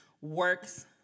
works